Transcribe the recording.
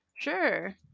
sure